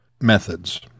methods